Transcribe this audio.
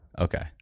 okay